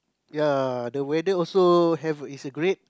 ya the weather also have is a great